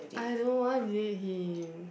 I don't want date him